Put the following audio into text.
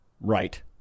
right